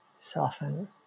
soften